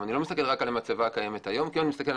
אני לא מסתכל רק על המצבה הקיימת היום כי אם אני מסתכל על